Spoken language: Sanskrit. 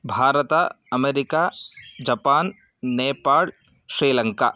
Bharata America Japan Nepal Sri Lanka